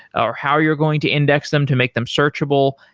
or how you're going to index them to make them searchable,